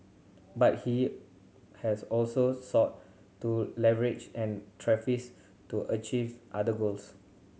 but he has also sought to leverage an tariffs to achieve other goals